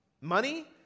Money